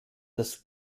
das